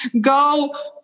go